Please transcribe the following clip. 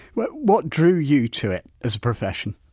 but whitewhat drew you to it as a profession?